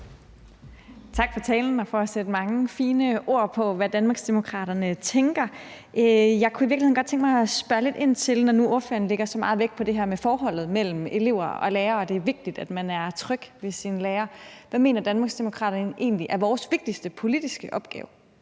Tak for talen – og for at sætte mange fine ord på, hvad Danmarksdemokraterne tænker. Jeg kunne i virkeligheden godt tænke mig at spørge lidt ind til – når nu ordføreren lægger så meget vægt på det her med forholdet mellem elever og lærere, og at det er vigtigt, at man er tryg ved sin lærer – hvad Danmarksdemokraterne egentlig mener er vores vigtigste politiske opgave